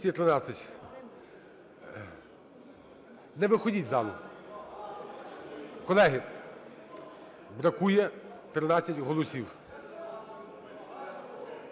Не виходіть із залу. Колеги, бракує 13 голосів.